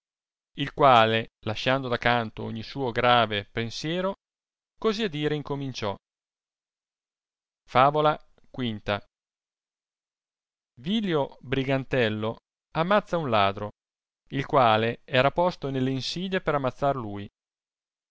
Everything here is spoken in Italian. il quale lasciando da canto ogni suo grave pensiero così a dire incominciò favola v vilio brigantello amazza un ladro il quale vaia posto nelle insidie per amazzar lui